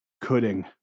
cutting